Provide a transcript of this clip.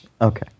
Okay